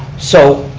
so.